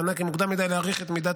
בטענה כי מוקדם מדי להעריך את מידת